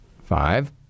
five